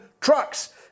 trucks